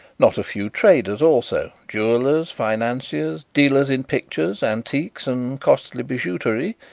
not a few traders also jewellers, financiers, dealers in pictures, antiques and costly bijouterie,